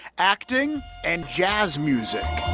acting and jazz music.